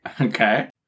Okay